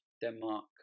Denmark